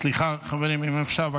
סליחה, חברים, אם אפשר.